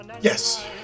yes